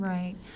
Right